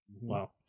Wow